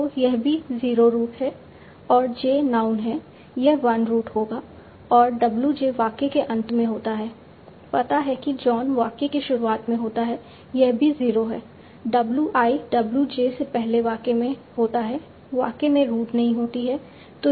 तो यह भी 0 रूट है और j नाउन है यह 1 रूट होगा और w j वाक्य के अंत में होता है पता है कि जॉन वाक्य की शुरुआत में होता है यह भी 0 है W i w j से पहले वाक्य में होता है वाक्य में रूट नहीं होती हैं